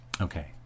Okay